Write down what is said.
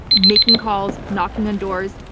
making calls, knocking on doors,